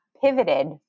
pivoted